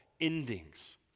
endings